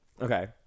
Okay